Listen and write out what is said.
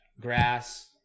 grass